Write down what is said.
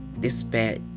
Despair